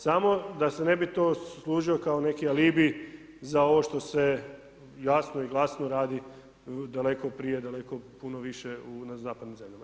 Samo da se ne bi to služio kao neki alibi, za ovo što e jasno i glasno radi, daleko prije, daleko puno više na zapadnim zemljama.